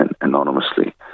anonymously